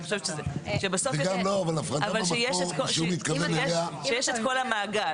כשיש את כל המעגל.